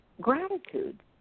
gratitude